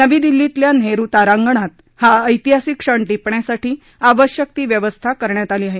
नवी दिल्लीतील नेहरू तारांगणात हा ऐतिहासिक क्षण टिपण्यासाठी आवश्यक ती व्यवस्था करण्यात आली आहे